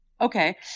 Okay